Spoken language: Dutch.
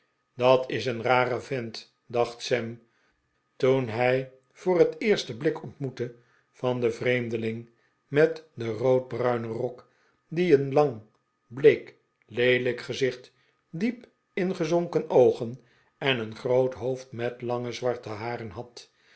dat is een rare vent dacht sam toen hij voor het eerst den blik ontmoette van den vreemdeling met den roodbruinen rok die een lang bleek leelijk gezicht diep ingezonken oogen en een groot hoofd met lange zwarte haren had